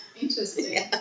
Interesting